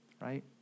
right